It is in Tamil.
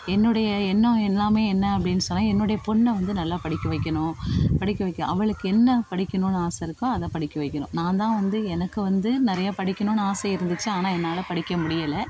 என்னுடைய என்ணம் எல்லாம் என்ன அப்படின்னு சொன்னால் என்னுடைய பொண்ணை வந்து நல்லா படிக்க வைக்கணும் படிக்க வைக்க அவளுக்கு என்ன படிக்கணும்னு ஆசை இருக்கோ அதை படிக்க வைக்கணும் நான் தான் வந்து எனக்கு வந்து நிறையா படிக்கணும்னு ஆசை இருந்துச்சு ஆனால் என்னால படிக்க முடியலை